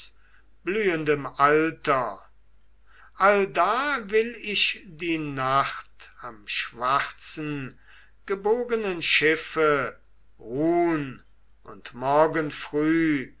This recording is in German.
blühendem alter allda will ich die nacht am schwarzen gebogenen schiffe ruhn und morgen früh